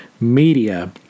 media